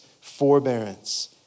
forbearance